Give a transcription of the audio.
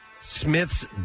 Smith's